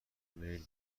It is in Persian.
میل